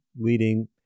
leading